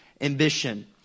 ambition